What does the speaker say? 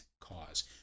cause